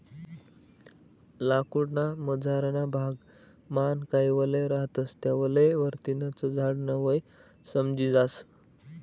लाकूड ना मझारना भाग मान काही वलय रहातस त्या वलय वरतीन च झाड न वय समजी जास